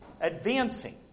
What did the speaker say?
advancing